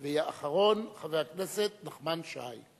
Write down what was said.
ואחרון, חבר הכנסת נחמן שי.